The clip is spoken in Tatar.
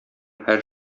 һәр